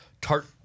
tart